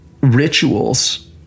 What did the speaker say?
rituals